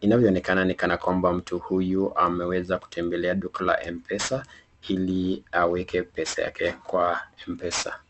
Inavyoonekana ni kana kwamba mtu huyu ameweza kutembelea duka la Mpesa ili aweke pesa yake kwa Mpesa.